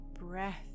breath